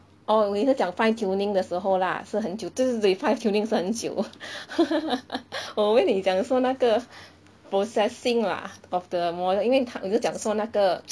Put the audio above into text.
oh 我以为是讲 fine-tuning 的时候啦是很久对对对 fine-tuning 是很久 我以为你讲说那个 processing lah of the model 因为它你是讲说那个